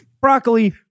Broccoli